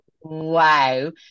wow